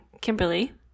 Kimberly